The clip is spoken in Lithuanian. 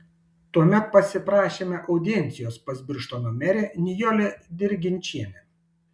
tuomet pasiprašėme audiencijos pas birštono merę nijolę dirginčienę